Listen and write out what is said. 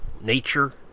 nature